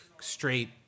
straight